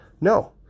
No